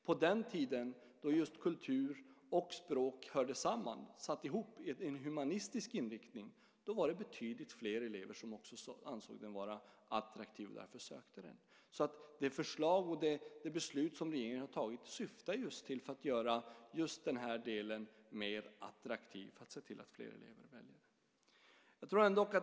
På den tiden då kultur och språk hörde samman och satt ihop i en humanistisk inriktning var det betydligt fler elever som ansåg den vara attraktiv och därför sökte den. Det förslag och det beslut som regeringen har tagit syftar till att göra den här delen mer attraktiv så att fler elever väljer den.